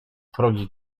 progi